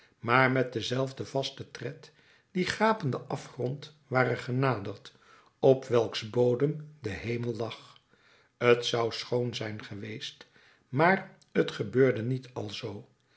maar met denzelfden vasten tred dien gapenden afgrond ware genaderd op welks bodem de hemel lag t zou schoon zijn geweest maar t gebeurde niet alzoo